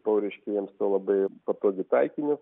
buvau reiškia jiems tuo labai patogiu taikiniu